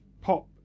pop